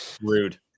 Rude